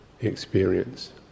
experience